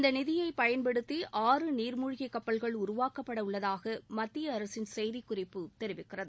இந்த நிதியை பயன்படுத்தி ஆறு நீர்மூழ்கி கப்பல்கள் உருவாக்கப்பட உள்ளதாக மத்திய அரசின் செய்திக் குறிப்பு தெரிவிக்கிறது